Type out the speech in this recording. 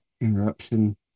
Interruption